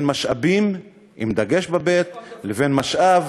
משאבּים עם דגש בבי"ת לבין משאב